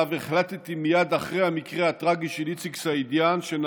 שעליו החלטתי מייד אחרי המקרה הטרגי של איציק סעידיאן,